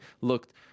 looked